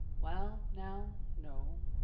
well, now, no,